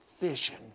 vision